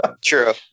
True